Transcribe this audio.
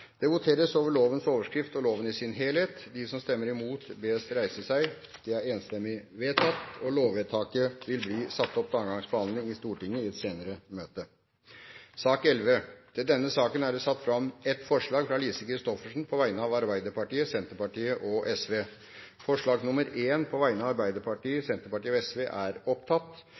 Det voteres over lovens overskrift og loven i sin helhet. Lovvedtaket vil bli satt opp til andre gangs behandling i et senere møte i Stortinget. Under debatten har Lise Christoffersen satt fram et forslag på vegne av Arbeiderpartiet, Senterpartiet og